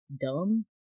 dumb